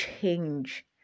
change